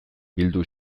bildu